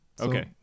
Okay